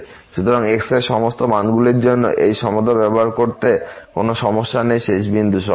সুতরাং x এর সমস্ত মানগুলির জন্য এই সমতা ব্যবহার করতে কোন সমস্যা নেই শেষ বিন্দু সহ